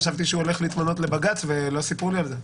חשבתי שהוא הולך להתמנות לבג"ץ ולא סיפרו לי על זה.